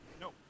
no